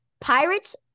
Pirates